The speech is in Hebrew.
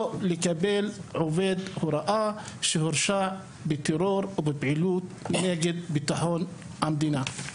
לא לקבל עובד הוראה שהורשע בטרור או בפעילות נגד ביטחון המדינה.